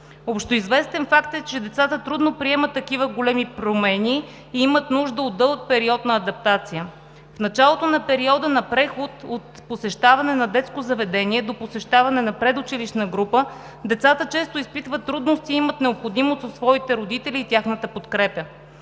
Общоизвестен факт е, че децата трудно приемат такива големи промени и имат нужда от дълъг период на адаптация. В началото на периода на преход от посещаване на детско заведение до посещаване на предучилищна група децата често изпитват трудности и имат необходимост от своите родители и тяхната подкрепа.